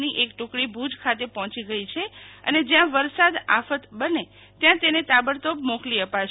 ની એક ટુકડી ભુજ ખાતે પહોંચી ગઈ છે અને જ્યાં વરસાદ આફત બને ત્યાં તેને તાબડતોબ મોકલી અપાશે